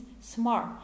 smart